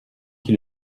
qui